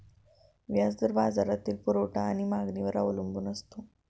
व्याज दर बाजारातील पुरवठा आणि मागणीवर अवलंबून असतो